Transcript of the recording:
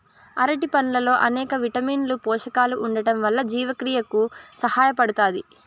అరటి పండ్లల్లో అనేక విటమిన్లు, పోషకాలు ఉండటం వల్ల జీవక్రియకు సహాయపడుతాది